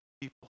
people